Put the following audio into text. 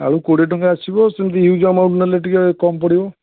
ଆଉ କୋଡ଼ିଏ ଟଙ୍କା ଆସିବ ସେମିତି ହ୍ୟୁଜ୍ ଆମାଉଣ୍ଟ ନେଲେ ଟିକେ କମ୍ ପଡ଼ିବ